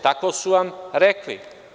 Tako su vam rekli.